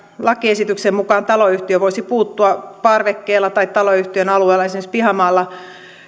lakiesityksen mukaan taloyhtiö voisi puuttua parvekkeella tai taloyhtiön alueella esimerkiksi pihamaalla